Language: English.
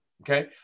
okay